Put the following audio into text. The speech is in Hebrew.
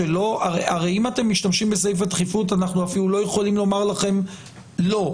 הרי אם אתם משתמשים בסעיף הדחיפות אנחנו אפילו לא יכולים לומר לכם לא,